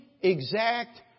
exact